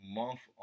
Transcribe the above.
month